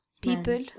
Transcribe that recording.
people